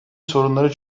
sorunları